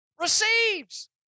Receives